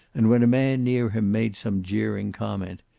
and when a man near him made some jeering comment,